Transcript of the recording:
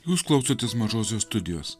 jūs klausotės mažosios studijos